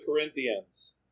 Corinthians